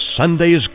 Sunday's